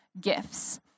gifts